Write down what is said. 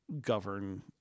Govern